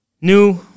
New